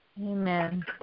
Amen